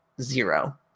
Zero